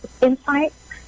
insights